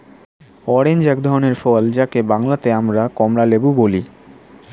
orange এক ধরনের ফল যাকে বাংলাতে আমরা কমলালেবু বলি